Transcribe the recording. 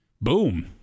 boom